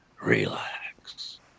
Relax